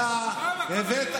כמה, כמה שילמו לי?